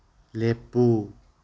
ꯂꯦꯞꯄꯨ